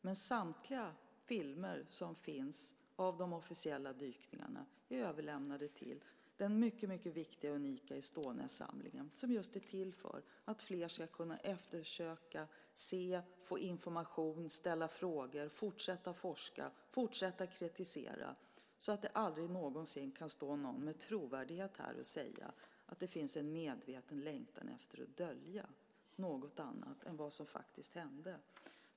Men samtliga filmer som finns av de officiella dykningarna är överlämnade till den mycket viktiga, unika Estoniasamlingen, som just är till för att fler ska kunna eftersöka, se, få information, ställa frågor, fortsätta att forska och fortsätta att kritisera så att det aldrig någonsin kan stå någon här och med trovärdighet säga att det finns en medveten längtan efter att dölja vad som faktiskt hände.